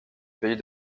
pays